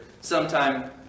Sometime